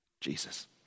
Jesus